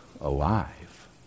alive